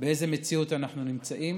באיזה מציאות אנחנו נמצאים.